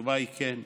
התשובה היא כן.